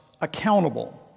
accountable